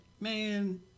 Man